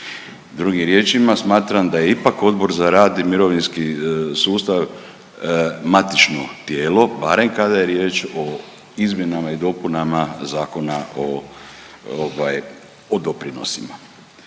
Drugim riječima smatram da je ipak Odbor za rad i mirovinski sustav matično tijelo, barem kada je riječ o izmjenama i dopunama Zakona o ovaj o doprinosima.